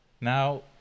Now